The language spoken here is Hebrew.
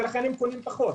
ולכן הם קונים פחות.